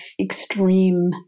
extreme